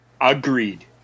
Agreed